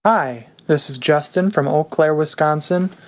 hi. this is justin from eau claire, wisc, um so um